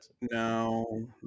no